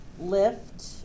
Lift